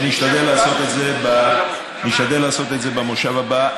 ונשתדל לעשות את זה במושב הבא,